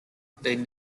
they